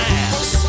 ass